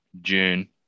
June